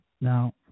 Now